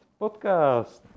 podcast